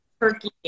turkey